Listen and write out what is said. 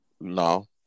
No